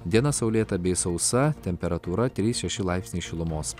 diena saulėta bei sausa temperatūra trys šeši laipsniai šilumos